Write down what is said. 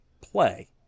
play